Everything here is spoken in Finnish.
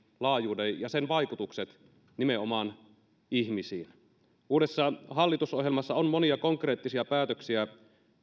laajuuden ja sen vaikutukset nimenomaan ihmisiin uudessa hallitusohjelmassa on monia konkreettisia päätöksiä